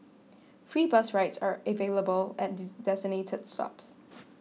free bus rides are available at designated stops